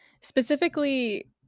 specifically